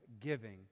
giving